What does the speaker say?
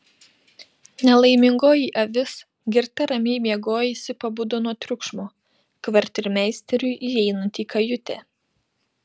nelaimingoji avis girta ramiai miegojusi pabudo nuo triukšmo kvartirmeisteriui įeinant į kajutę